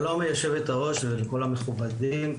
שלום יושבת הראש ולכל המכובדים.